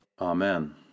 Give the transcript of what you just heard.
Amen